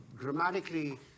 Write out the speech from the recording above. dramatically